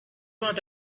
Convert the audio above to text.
not